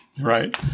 right